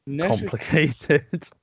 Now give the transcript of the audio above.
complicated